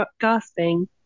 gasping